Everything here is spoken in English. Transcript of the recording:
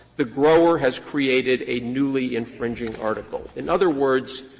the grower has created a newly infringing article. in other words,